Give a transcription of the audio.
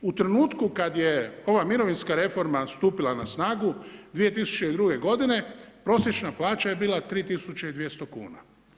U trenutku kad je ova mirovinska reforma stupila na snagu, 2002. godine, prosječna plaća je bila 3 200 kuna.